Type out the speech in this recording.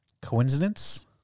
coincidence